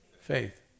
faith